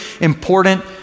important